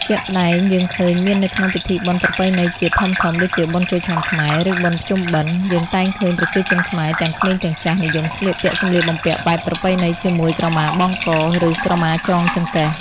ជាក់ស្តែងយើងឃើញមាននៅក្នុងពិធីបុណ្យប្រពៃណីជាតិធំៗ ដូចជាបុណ្យចូលឆ្នាំខ្មែរ ឬបុណ្យភ្ជុំបិណ្ឌ យើងតែងឃើញប្រជាជនខ្មែរទាំងក្មេងទាំងចាស់ និយមស្លៀកពាក់សម្លៀកបំពាក់បែបប្រពៃណីជាមួយក្រមាបង់ក ឬក្រមាចងចង្កេះ។